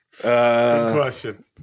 question